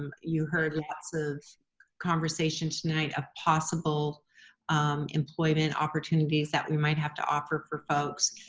um you heard lots of conversation tonight of possible employment opportunities that we might have to offer for folks,